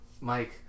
Mike